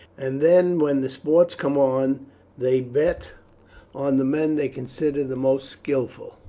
and then when the sports come on they bet on the men they consider the most skilful.